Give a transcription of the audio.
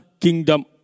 kingdom